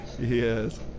Yes